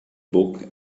book